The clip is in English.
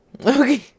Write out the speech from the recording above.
Okay